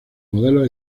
modelos